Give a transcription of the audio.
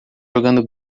jogando